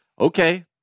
Okay